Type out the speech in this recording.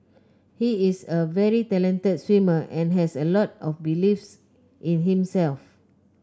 he is a very talented swimmer and has a lot of beliefs in himself